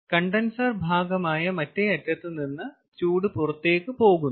condenser ഭാഗമായ മറ്റേ അറ്റത്ത് നിന്ന് ചൂട് പുറത്തേക്ക് പോകുന്നു